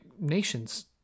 nations